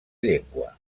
llengua